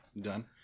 Done